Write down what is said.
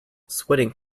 sweating